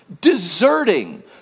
deserting